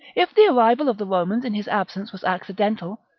if the arrival of the romans in his absence was acci dental,